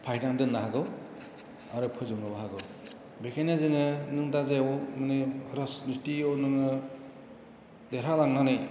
फाहायना दोननो हागौ आरो फोजौनोबो हागौ बेखायनो जोङो दा जायहक मानि रायनिथिआव नोङो देरहालांनानै